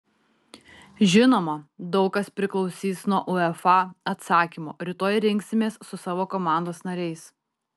žinoma daug kas priklausys nuo uefa atsakymo rytoj rinksimės su savo komandos nariais